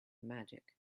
magic